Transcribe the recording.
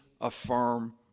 affirm